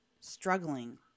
struggling